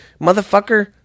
Motherfucker